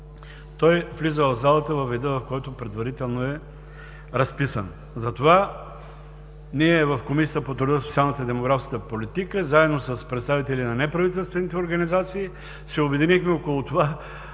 той влиза в залата във вида, в който предварително е разписан. Затова ние в Комисията по труда, социалната и демографска политика заедно с представители на неправителствените организации се обединихме около това